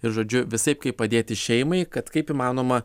ir žodžiu visaip kaip padėti šeimai kad kaip įmanoma